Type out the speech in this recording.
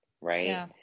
Right